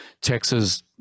Texas